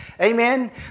Amen